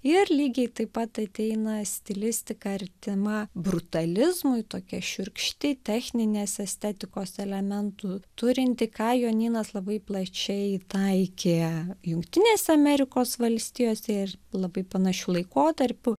ir lygiai taip pat ateina stilistika artima burtalizmui tokia šiurkšti techninės estetikos elementų turinti ką jonynas labai plačiai taikė jungtinėse amerikos valstijose ir labai panašiu laikotarpiu